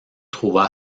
trouva